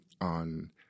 on